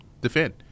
defend